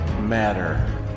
Matter